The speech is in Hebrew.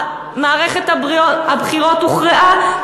מערכת הבחירות הוכרעה,